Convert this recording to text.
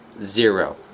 zero